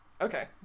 Okay